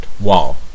wow